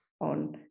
on